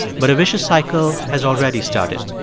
but a vicious cycle has already started.